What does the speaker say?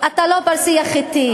אתה לא בר-שיח אתי,